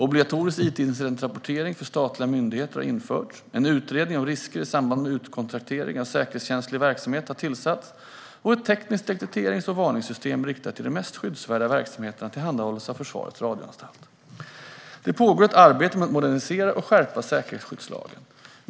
Obligatorisk it-incidentrapportering för statliga myndigheter har införts, en utredning om risker i samband med utkontraktering av säkerhetskänslig verksamhet har tillsatts och ett tekniskt detekterings och varningssystem riktat till de mest skyddsvärda verksamheterna tillhandahålls av Försvarets radioanstalt. Det pågår ett arbete med att modernisera och skärpa säkerhetsskyddslagen.